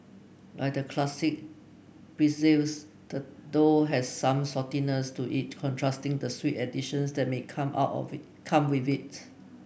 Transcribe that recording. like the classic pretzels the dough has some saltiness to it contrasting the sweet additions that may come out of it come with it